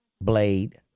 Blade